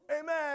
Amen